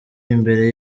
imbere